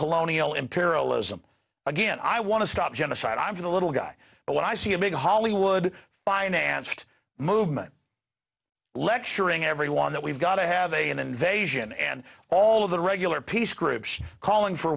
colonial imperialism again i want to stop genocide i'm the little guy but when i see a big hollywood financed movement lecturing everyone that we've got to have a an invasion and all of the regular peace groups calling for